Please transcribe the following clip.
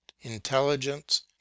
Intelligence